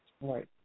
Right